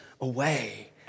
away